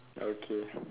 okay